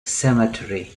cemetery